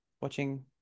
watching